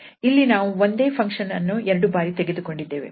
ಇಲ್ಲಿ ನಾವು ಒಂದೇ ಫಂಕ್ಷನ್ ಅನ್ನು ಎರಡು ಬಾರಿ ತೆಗೆದುಕೊಂಡಿದ್ದೇವೆ